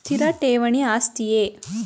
ಸ್ಥಿರ ಠೇವಣಿ ಆಸ್ತಿಯೇ?